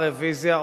רוויזיה,